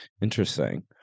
Interesting